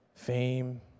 fame